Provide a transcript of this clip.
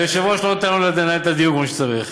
היושב-ראש לא נותן לנו לנהל את הדיון כמו שצריך,